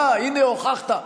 מה, הינה, הוכחת.